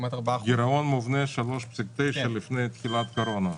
כמעט 4%. גירעון מובנה 3.9% לפני תחילת הקורונה.